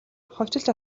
хувьчилж